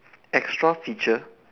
extra feature